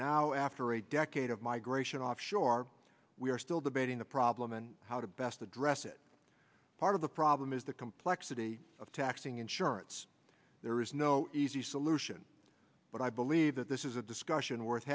now after a decade of migration offshore we are still debating the problem and how to best address it part of the problem is the complexity of taxing insurance there is no easy solution but i believe that this is a discussion worth